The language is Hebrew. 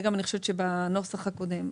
וזה גם בנוסח הקודם,